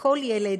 לכל ילד,